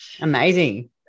amazing